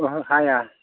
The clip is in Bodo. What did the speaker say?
ओहो हाया